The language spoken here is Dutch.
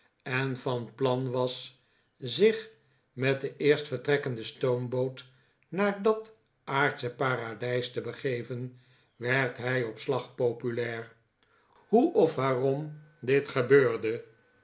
en van plan was zich met de eerstvertrekkende stoomboot naar dat aardsche paradijs te begeven werd hij op slag populair hoe of waarom dit gebeurde